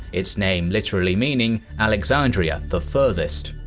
its name literally meaning alexandria the furthest.